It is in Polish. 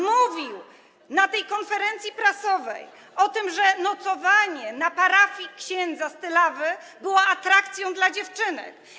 Mówił na tej konferencji prasowej o tym, że nocowanie na parafii księdza z Tylawy było atrakcją dla dziewczynek.